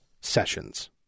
sessions